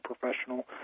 professional